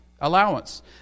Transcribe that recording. allowance